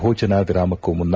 ಭೋಜನ ವಿರಾಮಕ್ಕೂ ಮುನ್ನ